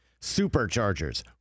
Superchargers